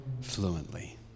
fluently